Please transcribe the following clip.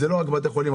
זה לא רק בתי חולים,